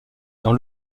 dans